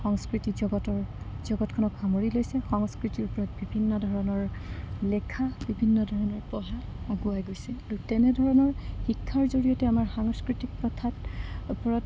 সংস্কৃতি জগতৰ জগতখনক সামৰি লৈছে সংস্কৃতিৰ ওপৰত বিভিন্ন ধৰণৰ লেখা বিভিন্ন ধৰণৰ পঢ়া আগুৱাই গৈছে আৰু তেনেধৰণৰ শিক্ষাৰ জৰিয়তে আমাৰ সাংস্কৃতিক প্ৰথাৰ ওপৰত